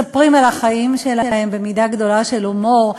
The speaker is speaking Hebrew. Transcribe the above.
מספרים על החיים שלהם במידה גדולה של הומור,